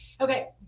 okay